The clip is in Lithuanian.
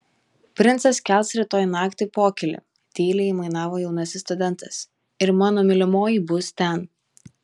princas kels rytoj naktį pokylį tyliai aimanavo jaunasis studentas ir mano mylimoji bus ten